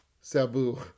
sabu